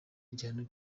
igihano